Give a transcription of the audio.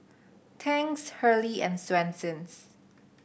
Tangs Hurley and Swensens